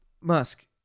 musk